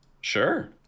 Sure